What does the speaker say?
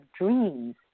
dreams